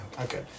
Okay